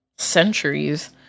Centuries